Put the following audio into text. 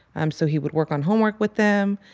um so he would work on homework with them.